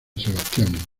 sebastián